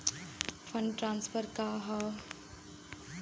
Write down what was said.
Fund transfer का हव?